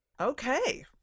Okay